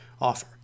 offer